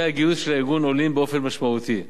הגיוס של הארגון עולים באופן משמעותי.